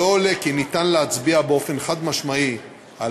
לא עולה כי ניתן להצביע באופן חד-משמעי על